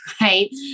right